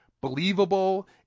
believable